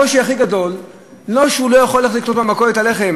הקושי הכי גדול הוא לא שהוא לא יכול ללכת לקנות במכולת את הלחם